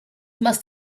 must